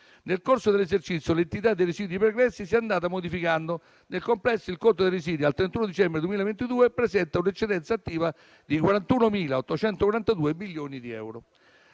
Nel corso dell'esercizio l'entità dei residui pregressi si è andata modificando. Nel complesso, il conto dei residui al 31 dicembre 2022 presenta un'eccedenza attiva di 41.842 milioni di euro.